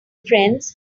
friends